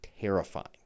terrifying